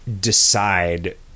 decide